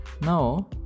Now